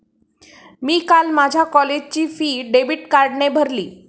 मी काल माझ्या कॉलेजची फी डेबिट कार्डने भरली